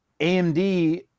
AMD